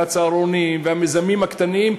הצהרונים והמיזמים הקטנים,